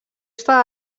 està